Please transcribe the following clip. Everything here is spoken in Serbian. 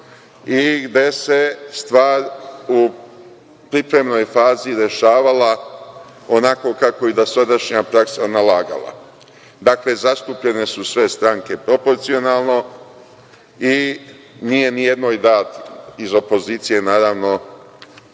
i gde se stvar u pripremnoj fazi rešavala onako kako je i dosadašnja praksa nalagala. Dakle, zastupljene su sve stranke proporcionalno i nije ni jednoj data, iz opozicije, naravno,